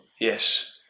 Yes